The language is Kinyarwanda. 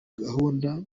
gahunda